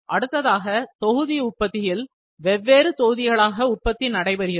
அடுத்ததாக தொகுதி உற்பத்தியில் வெவ்வேறு தொகுதிகளாக உற்பத்தி நடைபெறுகிறது